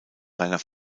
seiner